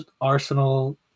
Arsenal